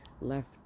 left